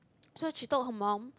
so she told her mum